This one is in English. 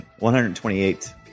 128